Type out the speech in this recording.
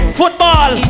football